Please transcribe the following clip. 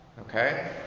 Okay